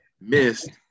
missed